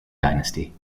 dynasty